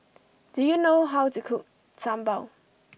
do you know how to cook Sambal